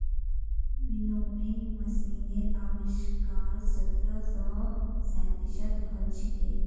winnowing मशीनेर आविष्कार सत्रह सौ सैंतीसत हल छिले